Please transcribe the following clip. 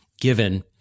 given